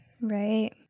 Right